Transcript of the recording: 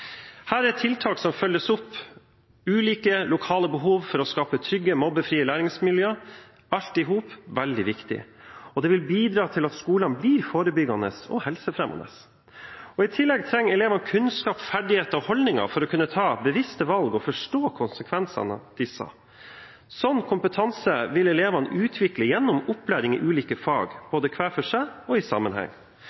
Her er tiltak som følger opp ulike lokale behov for å skape trygge, mobbefrie læringsmiljø, veldig viktig. Det vil bidra til at skolene blir forebyggende og helsefremmende. I tillegg trenger elevene kunnskap, ferdigheter og holdninger for å kunne ta bevisste valg og forstå konsekvensene av disse. Sånn kompetanse vil elevene utvikle gjennom opplæring i ulike fag,